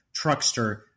truckster